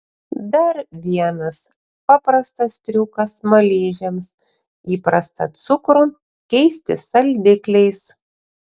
dar vienas paprastas triukas smaližiams įprastą cukrų keisti saldikliais